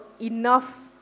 enough